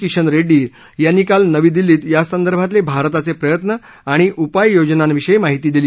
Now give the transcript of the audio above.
किशन रेड्डी यांनी काल नवी दिल्लीत यासंदर्भांतले भारताचे प्रयत्न आणि उपाययोजनांविषयी माहिती दिली